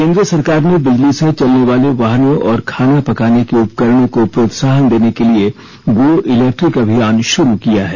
केंद्र सरकार ने बिजली से चलने वाले वाहनों और खाना पकाने के उपकरणों को प्रोत्साहन देने के लिए गो इलैक्ट्रिक अभियान शुरू किया है